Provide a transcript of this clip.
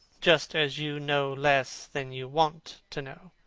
just as you know less than you want to know.